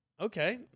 Okay